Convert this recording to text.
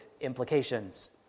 implications